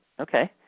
Okay